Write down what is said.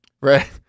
Right